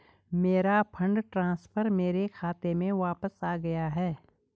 मेरा fund transfer मेरे खाते में वापस आ गया है